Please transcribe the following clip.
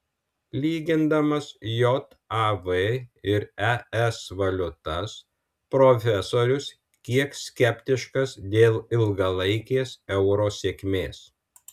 lygindamas jav ir es valiutas profesorius kiek skeptiškas dėl ilgalaikės euro sėkmės